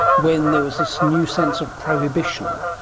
when there was this new sense of prohibition.